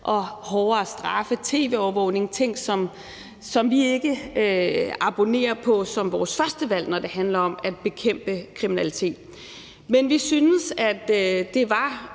og hårdere straffe og tv-overvågning – ting, som vi ikke abonnerer på som vores første valg, når det handler om at bekæmpe kriminalitet. Men vi synes, at det var